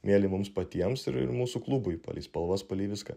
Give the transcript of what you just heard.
mieli mums patiems ir mūsų klubui palei spalvas palei viską